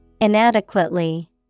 inadequately